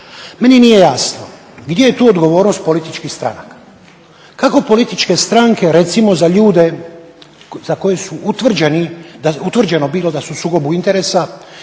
Meni nije jasno gdje je tu odgovornost političkih stranaka? Kako političke stranke recimo za ljude za koje su utvrđeno bilo da su u sukobu interesa